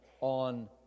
on